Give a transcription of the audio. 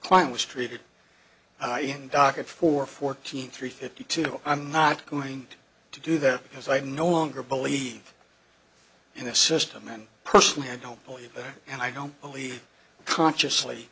client was treated i am docket for fourteen three fifty two i'm not going to do that because i no longer believe in the system and personally i don't believe and i don't believe consciously